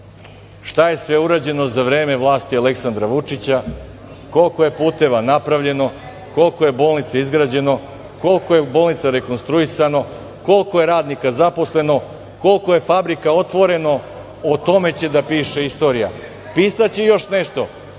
šta je sve urađeno za vreme vlasti Aleksandra Vučića, koliko je puteva napravljeno, koliko je bolnica izgrađeno, koliko je bolnica rekonstruisano, koliko je radnika zaposleno i koliko je fabrika otvoreno, o tome će da piše istorija. Pisaće i još nešto,